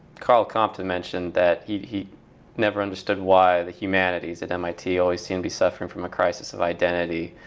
carl compton mentioned that he never understood why the humanities at mit always seem to be suffering from a crisis of identity.